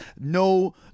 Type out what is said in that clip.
no